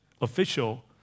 official